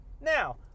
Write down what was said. now